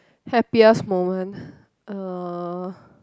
happiest moment uh